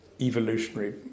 evolutionary